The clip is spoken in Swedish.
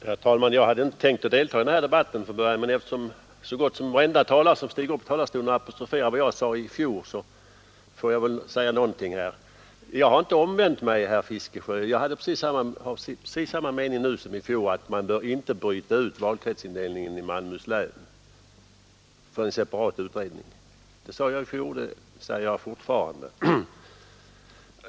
Herr talman! Jag hade från början inte tänkt delta i denna debatt, men eftersom så gott som varenda talare har apostroferat vad jag sade i fjol får jag väl säga någonting. Jag har inte blivit omvänd, herr Fiskesjö. Jag har nu precis samma uppfattning som i fjol, nämligen att man inte bör bryta ut frågan om valkretsindelningen i Malmöhus län för en separat utredning. Det ansåg jag i fjol, och det anser jag fortfarande.